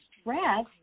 stress